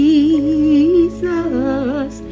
Jesus